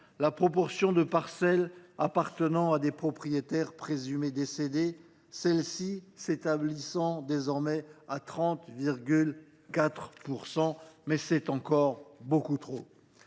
la proportion de parcelles appartenant à des propriétaires présumés décédés, celle ci s’établissant désormais à 30,4 %, ce qui est encore beaucoup trop.